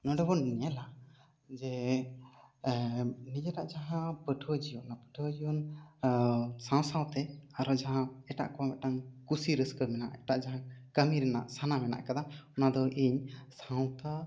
ᱱᱚᱰᱮ ᱵᱚᱱ ᱧᱮᱞᱟ ᱡᱮ ᱱᱤᱡᱮᱨᱟᱜ ᱡᱟᱦᱟᱸ ᱯᱟᱹᱴᱷᱩᱣᱟᱹ ᱡᱤᱭᱚᱱ ᱱᱚᱣᱟ ᱯᱟᱹᱴᱷᱩᱣᱟᱹ ᱡᱤᱭᱚᱱ ᱥᱟᱶ ᱥᱟᱶᱛᱮ ᱟᱨᱦᱚᱸ ᱡᱟᱦᱟᱸ ᱮᱴᱟᱜ ᱠᱚ ᱢᱤᱫᱴᱟᱝ ᱠᱩᱥᱤ ᱨᱟᱹᱥᱠᱟᱹ ᱢᱮᱱᱟᱜᱼᱟ ᱮᱴᱟᱜ ᱡᱟᱦᱟᱸ ᱠᱟᱹᱢᱤ ᱨᱮᱱᱟᱜ ᱥᱟᱱᱟ ᱢᱮᱱᱟᱜ ᱟᱠᱟᱫᱟ ᱚᱱᱟ ᱫᱚ ᱤᱧ ᱥᱟᱶᱛᱟ